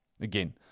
Again